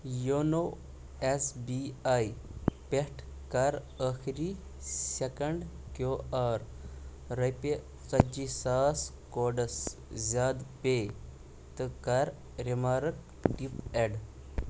YONO S B I پٮ۪ٹھ کَر ٲخٕری سیٚکنڈ کٮ۪و آر رۄپیہِ ژَتجی ساس کوڈَس زیٛادٕ پے ، تہٕ کَر ریمارٕک ٹِپ ایڈ